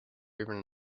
even